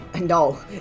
No